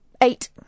Eight